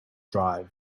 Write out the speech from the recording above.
drive